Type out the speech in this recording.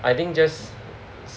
I think just